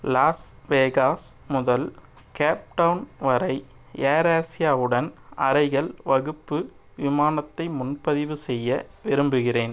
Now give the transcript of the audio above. loss Vegas முதல் Cape Town வரை Air Asia உடன் அறைகள் வகுப்பு விமானத்தை முன்பதிவு செய்ய விரும்புகிறேன்